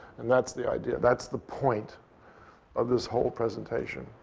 and that's the idea. that's the point of this whole presentation.